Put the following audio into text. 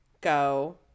go